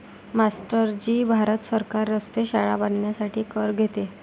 master ji Bharat सरकार रस्ते, शाळा बांधण्यासाठी कर घेते